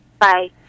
Bye